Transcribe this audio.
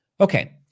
okay